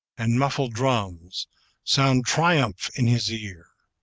and muffled drums sound triumph in his ear.